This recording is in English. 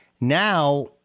Now